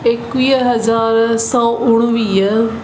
एकवीह हज़ार सौ उणिवीह